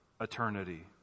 eternity